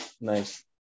Nice